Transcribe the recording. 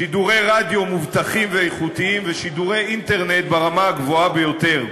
שידורי רדיו מובטחים ואיכותיים ושידורי אינטרנט ברמה הגבוהה ביותר,